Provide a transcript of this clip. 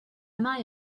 mae